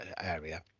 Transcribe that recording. area